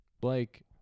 Blake